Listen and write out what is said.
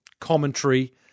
commentary